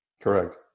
Correct